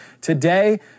today